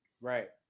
right